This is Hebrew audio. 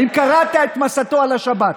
האם קראת את מסתו על השבת?